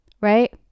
right